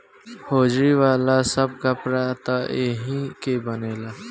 hosiery वाला सब कपड़ा त एही के बनेला